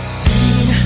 seen